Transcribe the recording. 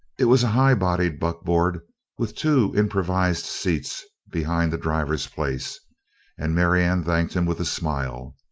it was a high-bodied buckboard with two improvised seats behind the driver's place and marianne thanked him with a smile.